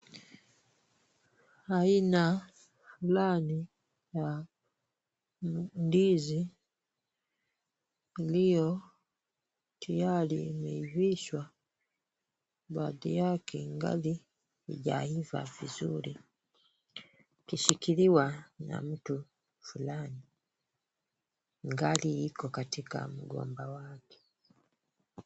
Aina fulani ya ndizi ndio tayari imeivisha baadhi yake ingali haijaiva vizuri ikishikiliwa na mtu fulani ingali iko katika mgomba wake.